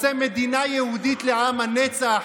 רוצה מדינה יהודית לעם הנצח,